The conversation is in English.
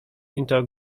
into